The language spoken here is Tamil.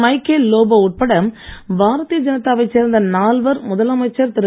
மைக்கேல் லோபோ உட்பட பாரதிய ஜனதாவைச் சேர்ந்த நால்வர் முதலமைச்சர் திரு